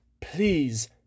please